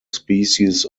species